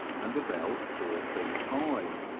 and about four feet high.